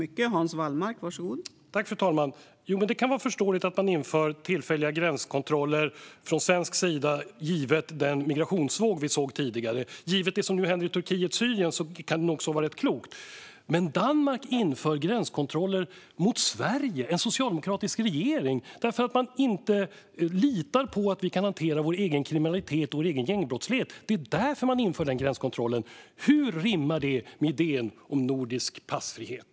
Fru talman! Det kan vara förståeligt att man inför tillfälliga gränskontroller från svensk sida givet den migrationsvåg vi såg tidigare, och givet det som nu händer i Turkiet och Syrien kan det nog även vara rätt klokt. Men Danmark inför gränskontroller mot Sverige, som leds av en socialdemokratisk regering, därför att de inte litar på att vi kan hantera vår egen kriminalitet och gängbrottslighet! Det är därför gränskontrollen införs. Hur rimmar det med idén om nordisk passfrihet?